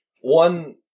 one